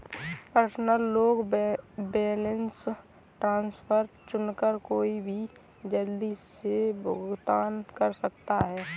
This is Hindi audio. पर्सनल लोन बैलेंस ट्रांसफर चुनकर कोई भी जल्दी से भुगतान कर सकता है